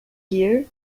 year